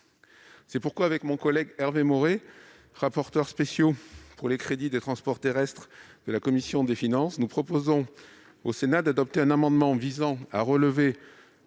C'est pourquoi les rapporteurs spéciaux pour les crédits des transports terrestres de la commission des finances proposent au Sénat d'adopter un amendement visant à relever